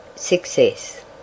Success